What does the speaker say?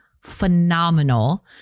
phenomenal